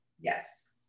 yes